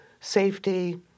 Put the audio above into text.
safety